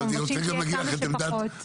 אנחנו רוצים שיהיה כמה שפחות.